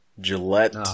Gillette